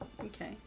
okay